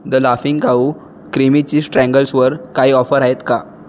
the laughing cow क्रीमीची स्ट्रँगल्सवर काही ऑफर आहेत का